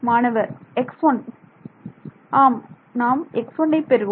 மாணவர் x1 நாம் x1 ஐ பெறுவோம்